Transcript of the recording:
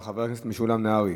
חבר הכנסת משולם נהרי,